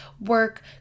work